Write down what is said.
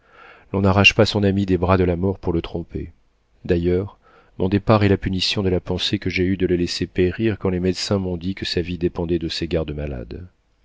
l'on n'arrache pas son ami des bras de la mort pour le tromper d'ailleurs mon départ est la punition de la pensée que j'ai eue de le laisser périr quand les médecins m'ont dit que sa vie dépendait de ses garde malades